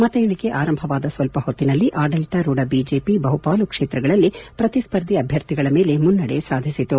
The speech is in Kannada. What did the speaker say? ಮತ ಎಣಿಕೆ ಆರಂಭವಾದ ಸ್ವಲ್ಪ ಹೊತ್ತಿನಲ್ಲಿ ಆಡಳಿತರೂಢ ಬಿಜೆಪಿ ಬಹುಪಾಲು ಕ್ಷೇತ್ರಗಳಲ್ಲಿ ಪ್ರತಿಸ್ಪರ್ಧಿ ಅಭ್ಯರ್ಥಿಗಳ ಮೇಲೆ ಮುನ್ನಡೆ ಸಾಧಿಸಿತು